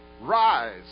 Rise